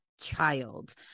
child